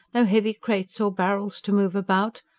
no heavy crates or barrels to move about.